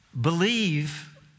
Believe